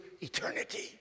eternity